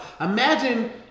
imagine